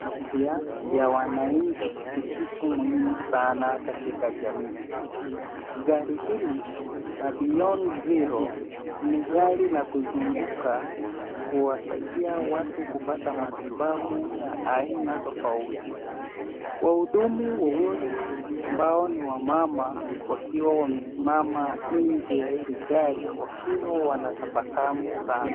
Afya ya wananchi ni kitu muhimu sana katika jamii. Gari hili la Beyond Zero ni gari la kuzunguka kuwasaidia watu kupata matibabu ya aina tofauti. Wahudumu wawili ambao ni wamama wakiwa wamesimama nje ya hili gari, wakiwa wanatabasamu sana.